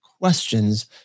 questions